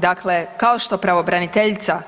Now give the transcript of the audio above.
Dakle, kao što pravobraniteljica